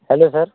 hello sir